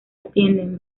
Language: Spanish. atienden